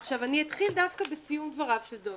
עכשיו, אני אתחיל דווקא בסיום דבריו של דב.